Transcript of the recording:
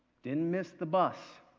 didn't miss the bus.